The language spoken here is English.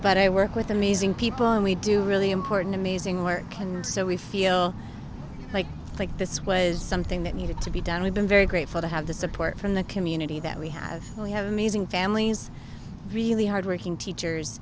but i work with amazing people and we do really important amazing work and so we feel like like this was something that needed to be done we've been very grateful to have the support from the community that we have we have amazing families really hard working teachers